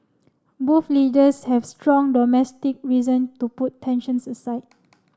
both leaders have strong domestic reason to put tensions aside